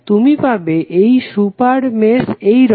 তুমি পাবে একটি সুপার মেশ এইরকম